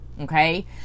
okay